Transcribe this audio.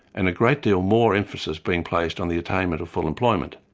and a great deal more emphasis being placed on the attainment of full employment.